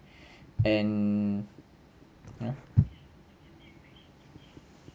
and ya